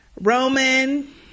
Roman